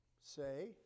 say